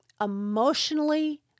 Emotionally